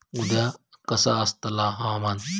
उद्या कसा आसतला हवामान?